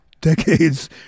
decades